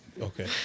Okay